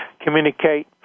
communicate